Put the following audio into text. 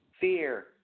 Fear